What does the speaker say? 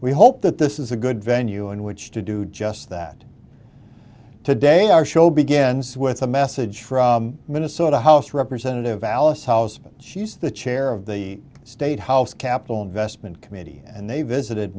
we hope that this is a good venue in which to do just that today our show begins with a message from minnesota house representative alice housman she's the chair of the state house capital investment committee and they visited